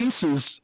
pieces